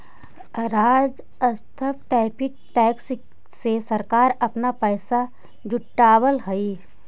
राजस्व tariff tax से सरकार अपना पैसा जुटावअ हई